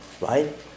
right